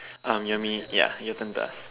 um you want me ya your turn to ask